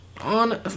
on